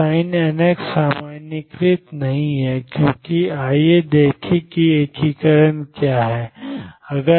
तो sin nx सामान्यीकृत नहीं है क्योंकि आइए देखें कि एकीकरण क्या है